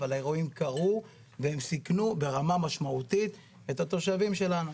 אבל האירועים קרו והם סיכנו ברמה משמעותית את התושבים שלנו.